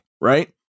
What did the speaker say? right